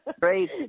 Great